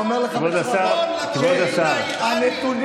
גייסו את שר הביטחון?